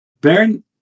Baron